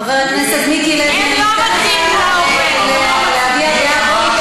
חבר הכנסת מיקי לוי, אני אתן לך להביע דעה.